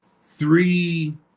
three